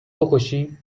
بکشی